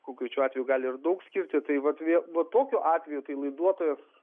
konkrečiu atveju gali ir daug skirti tai vat vie va tokiu atveju tai laiduotojas